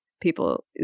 People